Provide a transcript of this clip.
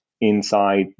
inside